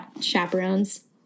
chaperones